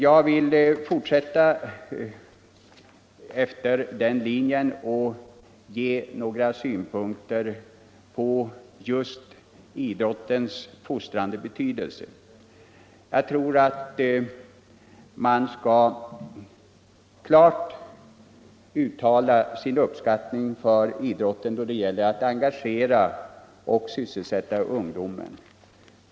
Jag skall fortsätta efter den linjen och ge några synpunkter på just idrottens fostrande betydelse. Jag anser att man bör klart uttala sin uppskattning över vad idrotten betyder då det gäller att engagera och sysselsätta ungdomen.